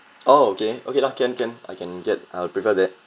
oh okay okay lah can can I can get I'll prefer that